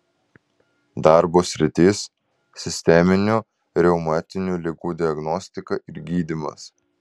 darbo sritis sisteminių reumatinių ligų diagnostika ir gydymas